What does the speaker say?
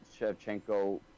Shevchenko